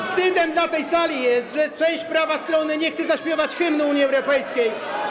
Wstydem dla tej sali jest, że część prawej strony nie chce zaśpiewać hymnu Unii Europejskiej.